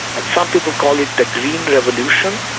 and some people call it the green revolution,